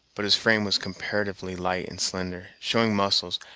but his frame was comparatively light and slender, showing muscles,